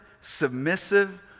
submissive